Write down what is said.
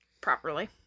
properly